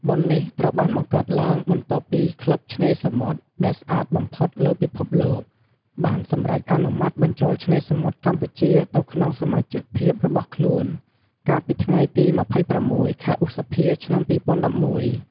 បុណ្យនេះត្រូវបានបង្កើតឡើងបន្ទាប់ពីក្លឹបឆ្នេរសមុទ្រដែលស្អាតបំផុតលើពិភពលោក បានសម្រេចអនុម័តបញ្ចូលឆ្នេរសមុទ្រកម្ពុជាទៅក្នុងសមាជិកភាពរបស់ខ្លួន កាលពីថ្ងៃទី២៦ ខែឧសភា ឆ្នាំ២០១១។